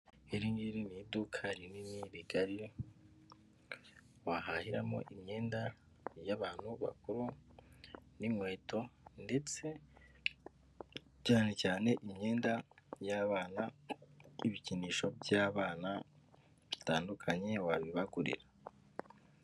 Iri ngiri ni iduka rinini rigari, wahahiramo imyenda y'abantu bakuru n'inkweto ndetse cyane cyane imyenda y'abana n'ibikinisho by'abana batandukanye wabibagurira.